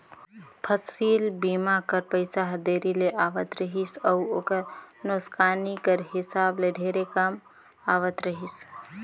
फसिल बीमा कर पइसा हर देरी ले आवत रहिस अउ ओकर नोसकानी कर हिसाब ले ढेरे कम आवत रहिस